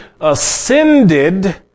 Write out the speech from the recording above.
ascended